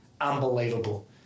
Unbelievable